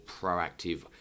proactive